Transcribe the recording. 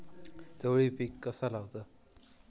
चवळी पीक कसा लावचा?